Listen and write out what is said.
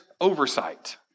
oversight